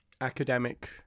academic